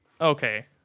okay